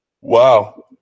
Wow